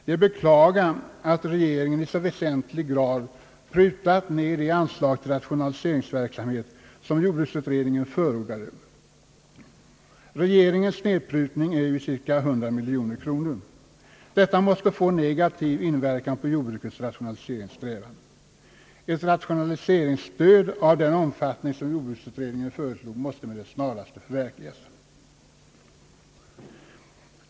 Det är att beklaga att regeringen i så väsentlig grad prutat ned de anslag till rationalise prutning är ju cirka 100 miljoner kronor. Detta måste få negativ inverkan på jordbrukets rationaliseringssträvan. Ett rationaliseringsstöd av den omfattning som jordbruksutredningen föreslog måste med det snaraste förverkligas.